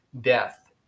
death